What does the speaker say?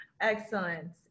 Excellent